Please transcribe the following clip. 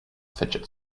fidget